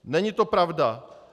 Není to pravda.